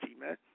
man